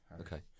Okay